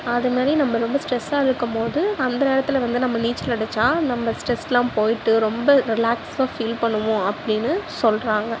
அதுமாதிரி நம்ம ரொம்ப ஸ்ட்ரெஸ்ஸாக இருக்கும்போது அந்த நேரத்தில் வந்து நம்ம நீச்சல் அடித்தா நம்ம ஸ்ட்ரெஸ்லாம் போயிட்டு ரொம்ப ரிலாக்ஸாக ஃபீல் பண்ணுவோம் அப்படின்னு சொல்கிறாங்க